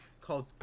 called